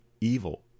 evil